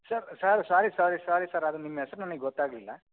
sir sir sorry sorry sorry sir ಅದು ನಿಮ್ಮ ಹೆಸ್ರು ನನಗೆ ಗೊತ್ತಾಗಲಿಲ್ಲ